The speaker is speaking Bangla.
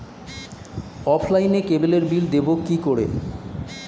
অফলাইনে ক্যাবলের বিল দেবো কি করে?